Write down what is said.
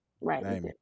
right